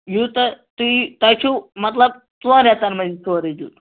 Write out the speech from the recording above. یوٗتاہ تُہی تۄہہِ چھُو مطلب ژۄن رٮ۪تَن منٛز سورُے دیُن